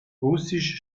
russisch